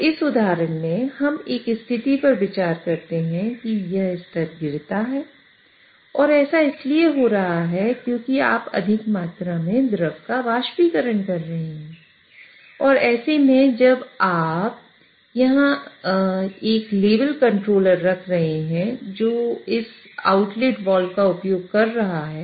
तो इस उदाहरण में हम एक स्थिति पर विचार करते हैं कि यह स्तर गिरता रहता है और ऐसा इसलिए हो रहा है क्योंकि आप अधिक मात्रा में द्रव का वाष्पीकरण कर रहे हैं और ऐसे में जब आप यहां एक लेवल कंट्रोलर का उपयोग कर रहा है